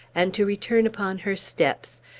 and to return upon her steps,